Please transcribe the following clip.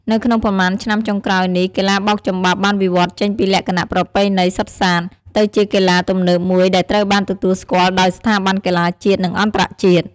នៅក្នុងប៉ុន្មានឆ្នាំចុងក្រោយនេះ កីឡាបោកចំបាប់បានវិវឌ្ឍចេញពីលក្ខណៈប្រពៃណីសុទ្ធសាធ ទៅជាកីឡាទំនើបមួយដែលត្រូវបានទទួលស្គាល់ដោយស្ថាប័នកីឡាជាតិ និងអន្តរជាតិ។